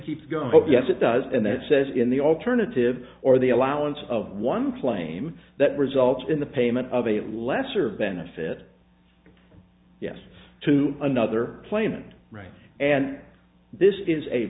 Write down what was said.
keeps going up yes it does and then it says in the alternative or the allowance of one claim that results in the payment of a lesser benefit yes to another plane right and this is a